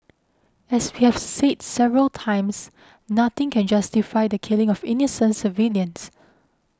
as we have said several times nothing can justify the killing of innocent civilians